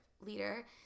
leader